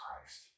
Christ